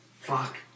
Fuck